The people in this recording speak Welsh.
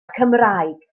cymraeg